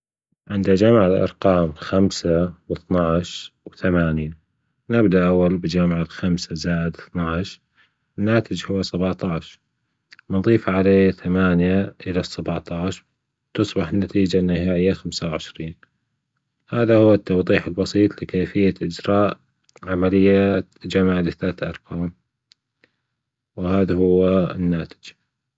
عند جمع الأرقام خمسة واتناش وثمانية نبدأ الأول بجمع الخمسة زائد الأتناش الناتج هو سبعتاش بنضيف عليه ثمانية إلى السبعتاش بتصبح النتيجة النهائية خمسة وعشرين هذا هو التوضيح البسيط لكيفية إجراء عملية جمع لثلاثة أرقام وهذا هو الناتج.